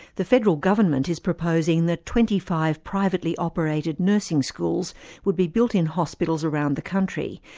the federal government is proposing that twenty five privately operated nursing schools would be built in hospitals around the country,